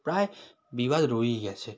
প্রায় বিবাদ রয়েই গেছে